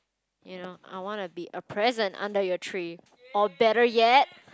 you know I wanna be a present under your tree or better yet